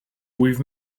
with